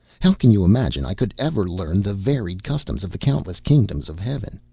how can you imagine i could ever learn the varied customs of the countless kingdoms of heaven?